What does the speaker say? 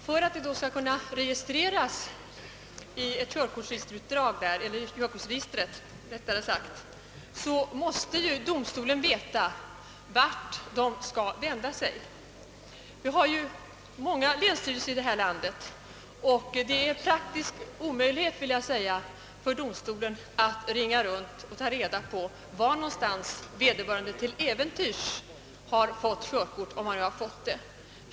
För att förseelsen skall kunna registreras i körkortsregistret måste domstolen veta vart den skall vända sig. Det finns emellertid många länsstyrelser i landet, och det är en praktisk omöjlighet för domstolen att ringa runt och ta reda på var någonstans vederbörande till äventyrs har fått körkort, om han nu har fått något.